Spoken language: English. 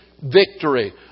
victory